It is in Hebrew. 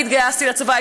אני התגייסתי לצבא,